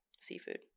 seafood